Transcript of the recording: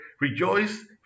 rejoice